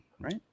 right